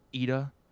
Ida